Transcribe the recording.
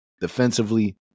defensively